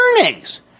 earnings